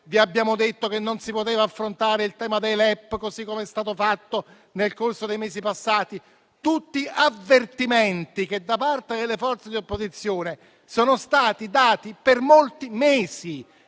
vi abbiamo detto che non si poteva affrontare il tema dei LEP, così come è stato fatto nel corso dei mesi passati. Tutti avvertimenti, questi, che da parte delle forze di opposizione sono stati dati per molti mesi.